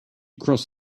crossed